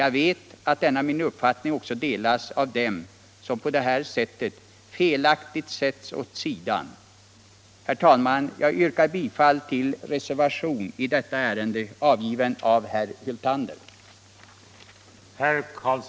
Jag vet att denna min uppfattning också delas av dem som på detta vis felaktigt åsidosätts.